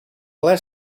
ple